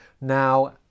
Now